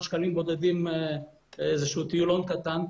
שקלים בודדים איזה שהוא טיולון קטן,